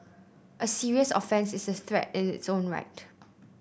a serious offence is a threat in its own right